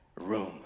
room